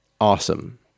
awesome